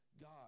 God